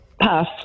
Pass